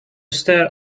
stare